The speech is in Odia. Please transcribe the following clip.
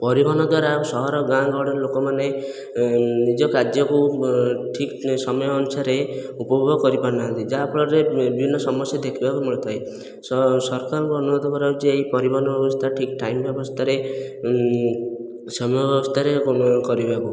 ପରିବହନ ଦ୍ୱାରା ଆଉ ସହର ଗାଁ ଗହଳିର ଲୋକମାନେ ନିଜ କାର୍ଯ୍ୟକୁ ଠିକ ସମୟ ଅନୁସାରେ ଉପଭୋଗ କରିପାରୁନାହାନ୍ତି ଯାହାଫଳରେ ବିଭିନ୍ନ ସମସ୍ୟା ଦେଖିବାକୁ ମିଳିଥାଏ ସରକାରଙ୍କୁ ଅନୁରୋଧ କରାଯାଉଛି ଯେ ଏହି ପରିବହନ ବ୍ୟବସ୍ଥା ଠିକ ଟାଇମ ଅବସ୍ଥାରେ ସମୟ ଅବସ୍ଥାରେ ଏବଂ କରିବାକୁ